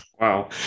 Wow